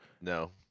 No